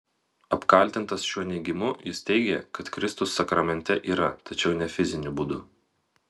apkaltintas šiuo neigimu jis teigė kad kristus sakramente yra tačiau ne fiziniu būdu